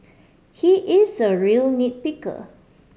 he is a real nit picker